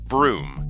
Broom